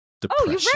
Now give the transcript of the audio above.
depression